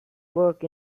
work